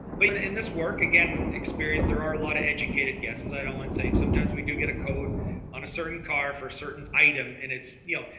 but and in this work again with experience, there are a lot of educated guesses. i don't mind saying sometimes we do get a code on a certain car for certain item, and it's, you know,